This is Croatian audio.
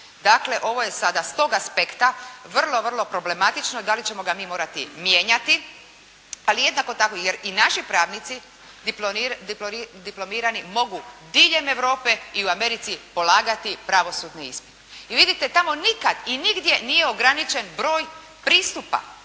dakle ovo je sada s tog aspekta vrlo, vrlo problematično da li ćemo ga mi morati mijenjati, ali jednako tako jer i naši pravnici diplomirani mogu diljem Europe i u Americi polagati pravosudni ispit. Vidite, tamo nikad i nigdje nije ograničen broj pristupa